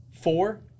Four